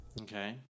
Okay